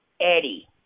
Eddie